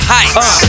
Heights